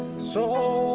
so